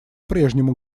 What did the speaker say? прежнему